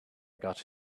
got